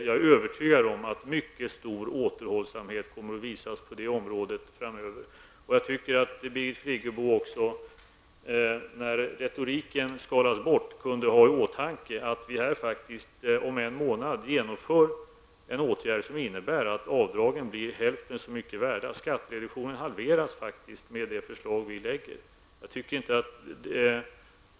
Jag är övertygad om att mycket stor återhållsamhet kommer att visas på det området framöver. Jag tycker att Birgit Friggebo också, när retoriken har skalats bort, kunde ha i åtanke att vi faktiskt om en månad genomför en åtgärd, som innebär att avdragen blir hälften så mycket värda. Skattereduktionen halveras faktiskt med det förslag vi lägger fram.